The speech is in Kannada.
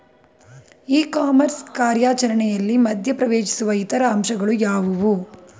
ಇ ಕಾಮರ್ಸ್ ಕಾರ್ಯಾಚರಣೆಯಲ್ಲಿ ಮಧ್ಯ ಪ್ರವೇಶಿಸುವ ಇತರ ಅಂಶಗಳು ಯಾವುವು?